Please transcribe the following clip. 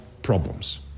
Problems